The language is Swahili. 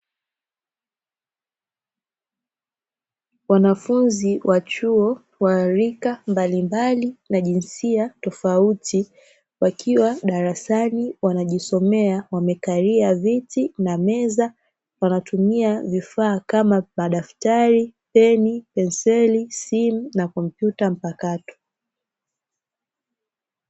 Wanafunzi wa chuo wa rika mbalimbali na jinsia tofauti wakiwa darasani wanajisomea, wamekalia viti na meza; wanatumia vifaa kama: madaftari, peni, penseli, simu na kompyuta mpakato.